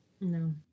No